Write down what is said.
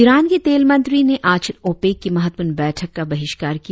Iran के तेल मंत्री ने आज ओपेक की महत्वपूर्ण बैठक का बहिस्कार किया